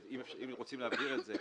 אם רוצים להבהיר את זה,